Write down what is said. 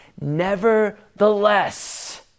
Nevertheless